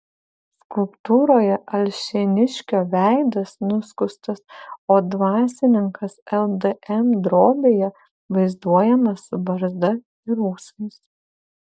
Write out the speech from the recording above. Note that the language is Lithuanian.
skulptūroje alšėniškio veidas nuskustas o dvasininkas ldm drobėje vaizduojamas su barzda ir ūsais